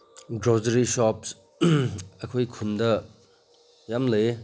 grocery shops ꯑꯩꯈꯣꯏ ꯈꯨꯟꯗ ꯌꯥꯝ ꯂꯩꯌꯦ